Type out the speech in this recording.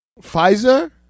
Pfizer